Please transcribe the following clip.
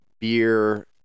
beer